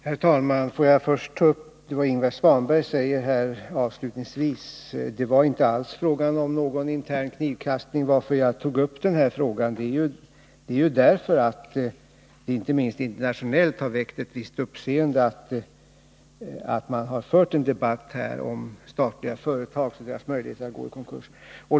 Herr talman! Får jag först beträffande vad Ingvar Svanberg här avslutningsvis sagt framhålla att det inte alls var fråga om någon intern knivkastning. Anledningen till att jag tog upp den här frågan är ju att det inte minst internationellt har väckt ett visst uppseende att man har fört en debatt här om statliga företag och deras möjligheter att gå i konkurs.